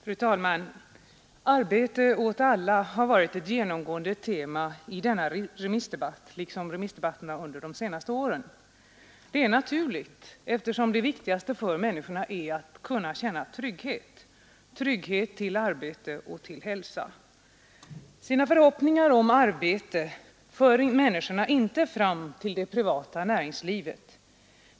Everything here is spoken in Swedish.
Fru talman! Arbete åt alla har varit ett genomgående tema i denna remissdebatt liksom i remissdebatterna under de senaste åren. Detta är naturligt, eftersom det viktigaste för människorna är att kunna känna trygghet till arbete och hälsa. Sina förhoppningar om arbete för människorna emellertid inte fram till det privata näringslivet.